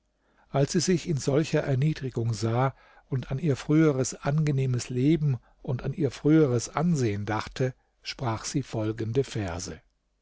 als sie sich in solcher erniedrigung sah und an ihr früheres angenehmes leben und an ihr früheres ansehen dachte sprach sie folgende verse